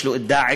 יש לו את "דאעש",